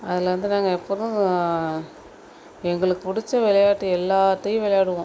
அதில் வந்து நாங்கள் எப்பொழுதும் எங்களுக்கு பிடிச்ச விளையாட்டு எல்லாத்தையும் விளையாடுவோம்